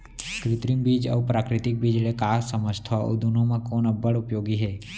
कृत्रिम बीज अऊ प्राकृतिक बीज ले का समझथो अऊ दुनो म कोन अब्बड़ उपयोगी हे?